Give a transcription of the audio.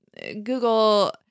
Google